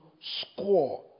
score